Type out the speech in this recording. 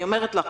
אני אומרת לך.